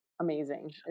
amazing